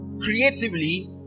creatively